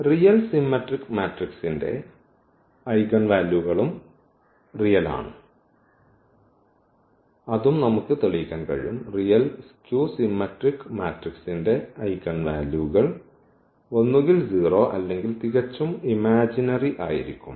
real symmetric മാട്രിക്സിന്റെ eigen വാല്യൂകളും real ആണ് അതും നമുക്ക് കഴിയും റിയൽ സ്ക്യൂ സിമെട്രിക് മാട്രിക്സിന്റെ ഐഗൻ വാല്യൂകൾ ഒന്നുകിൽ 0 അല്ലെങ്കിൽ തികച്ചും ഇമാജിനറി ആയിരിക്കും